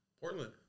Portland